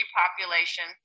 population